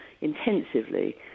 intensively